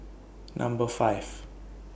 Number five